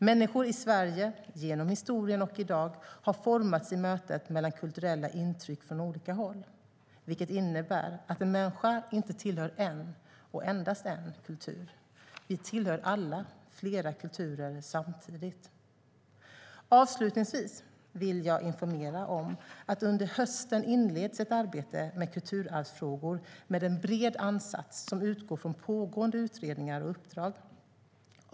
Människor i Sverige, genom historien och i dag, har formats i mötet mellan kulturella intryck från olika håll, vilket innebär att en människa inte tillhör en, och endast en, kultur. Vi tillhör alla flera kulturer samtidigt. Avslutningsvis vill jag informera om att under hösten inleds ett arbete med kulturarvsfrågor med en bred ansats som utgår från pågående utredningar och uppdrag.